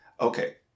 Okay